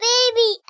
Baby